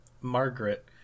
Margaret